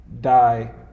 die